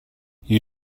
you